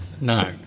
No